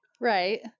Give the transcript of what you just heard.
right